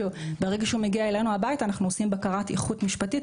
שברגע שהוא מגיע אלינו הביתה אנחנו עושים בקרת איכות משפטית,